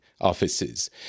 offices